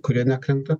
kurie nekrenta